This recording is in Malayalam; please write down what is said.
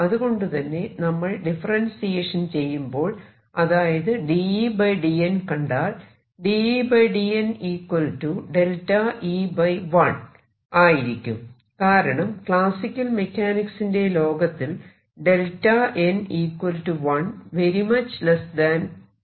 അതുകൊണ്ടുതന്നെ നമ്മൾ ഡിഫറെൻസിയേഷൻ ചെയ്യുമ്പോൾ അതായത് d Ed n കണ്ടാൽ ആയിരിക്കും കാരണം ക്ലാസിക്കൽ മെക്കാനിക്സിന്റെ ലോകത്തിൽ n 1 n ആണ്